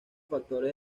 factores